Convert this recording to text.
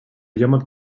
jammert